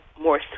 more